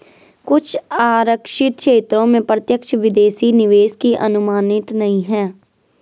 कुछ आरक्षित क्षेत्रों में प्रत्यक्ष विदेशी निवेश की अनुमति नहीं है